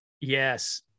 Yes